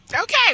Okay